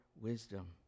wisdom